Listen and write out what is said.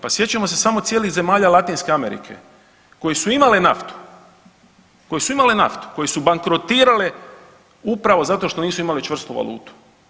Pa sjećamo se samo cijelih zemalja Latinske Amerike koje su imale naftu, koje su imale naftu, koje su bankrotirale upravo zato što nisu imale čvrstu valutu.